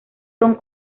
son